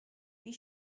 wie